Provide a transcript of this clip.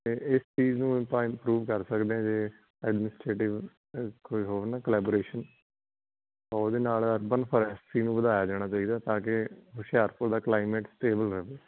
ਅਤੇ ਇਸ ਚੀਜ਼ ਨੂੰ ਆਪਾਂ ਇੰਪਰੂਵ ਕਰ ਸਕਦੇ ਹਾਂ ਜੇ ਐਡਮੀਸਟ੍ਰੇਟਿਵ ਕੋਈ ਹੋਵੇ ਨਾ ਕਲੋਬਰੇਸ਼ਨ ਤਾਂ ਉਹਦੇ ਨਾਲ ਅਰਬਨ ਫੋਰੈਸਟਰੀ ਨੂੰ ਵਧਾਇਆ ਜਾਣਾ ਚਾਹੀਦਾ ਤਾਂ ਕਿ ਹੁਸ਼ਿਆਰਪੁਰ ਦਾ ਕਲਾਈਮੇਟ ਸਟੇਬਲ ਰਹੇ